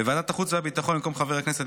בוועדת החוץ והביטחון במקום חבר הכנסת